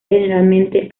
generalmente